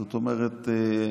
זאת אומרת,